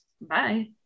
Bye